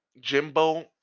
Jimbo